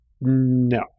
no